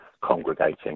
congregating